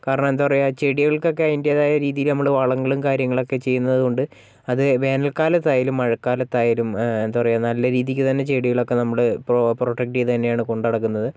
കാരണം എന്താണ് പറയുക ചെടികൾക്കൊക്കെ അതിൻറ്റേതായ രീതിയില് നമ്മള് വളങ്ങളും കാര്യങ്ങളുമൊക്കെ ചെയ്യുന്നത് കൊണ്ട് അത് വേനൽക്കാലത്തായാലും മഴക്കാലത്തായാലും എന്താണ് പറയുക നല്ല രീതിയില് തന്നെ ചെടികളൊക്കെ നമ്മള് പ്രൊട്ടക്ട് ചെയ്ത് തന്നെയാണ് കൊണ്ടുനടക്കുന്നത്